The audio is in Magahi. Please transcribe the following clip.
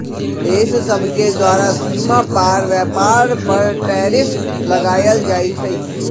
देश सभके द्वारा सीमा पार व्यापार पर टैरिफ लगायल जाइ छइ